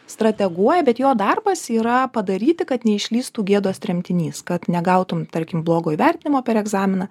strateguoja bet jo darbas yra padaryti kad neišlįstų gėdos tremtinys kad negautum tarkim blogo įvertinimo per egzaminą